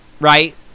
Right